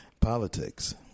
Politics